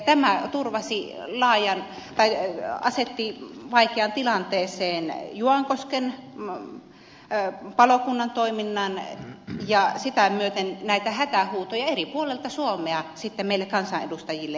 tämä asetti vaikeaan tilanteeseen juankosken palokunnan toiminnan ja sitä myöten näitä hätähuutoja eri puolilta suomea sitten meille kansanedustajille kantautui